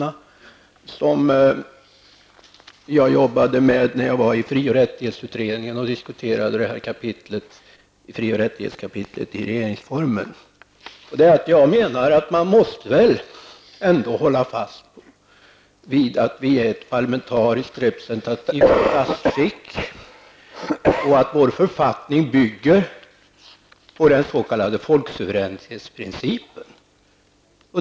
Jag arbetade med dessa frågor när jag satt med i fri och rättighetsutredningen och diskuterade fri och rättighetskapitlet i regeringsformen. Jag menar att man trots allt måste hålla fast vid att Sverige har ett parlamentariskt representativt statsskick och att vår författning bygger på den s.k. folksuveränitetsprincipen.